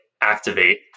activate